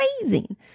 amazing